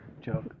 joke